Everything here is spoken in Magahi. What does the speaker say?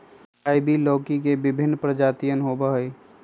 आइवी लौकी के विभिन्न प्रजातियन होबा हई